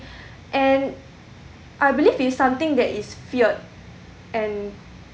and I believe it's something that is feared and